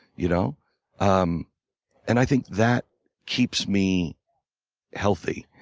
you know um and i think that keeps me healthy.